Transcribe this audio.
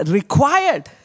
required